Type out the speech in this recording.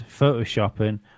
Photoshopping